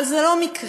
אבל זה לא מקרה,